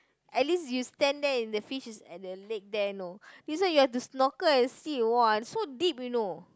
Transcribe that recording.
at least you stand there and the fish is at the leg there you know this one you have to snorkel and see !wah! so deep you know